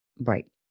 right